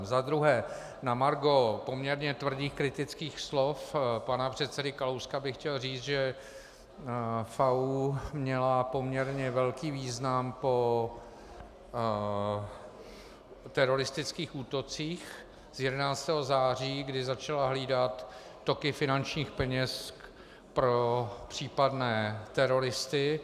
Za druhé, na margo poměrně tvrdých kritických slov pana předsedy Kalouska bych chtěl říct, že FAÚ měl poměrně velký význam po teroristických útocích z 11. září, kdy začal hlídat toky finančních peněz pro případné teroristy.